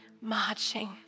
marching